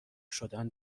شدن